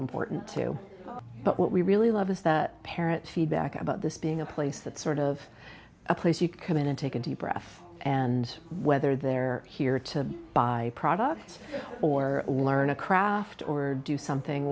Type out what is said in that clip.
important to but what we really love is that parents feedback about this being a place that sort of a place you come in and take a deep breath and whether they're here to buy products or learn a craft or do something